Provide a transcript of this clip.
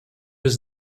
was